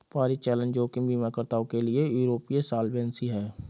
परिचालन जोखिम बीमाकर्ताओं के लिए यूरोपीय सॉल्वेंसी है